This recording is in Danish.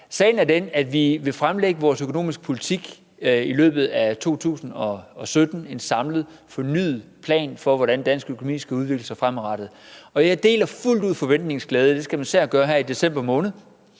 Sagen er den, at vi vil fremlægge vores økonomiske politik i løbet af 2017 i en samlet, fornyet plan for, hvordan dansk økonomi skal udvikle sig fremadrettet. Og jeg deler fuldt ud forventningens glæde, det skal man især gøre her i december måned,